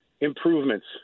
improvements